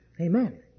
Amen